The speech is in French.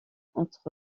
entre